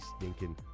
stinking